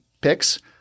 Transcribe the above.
picks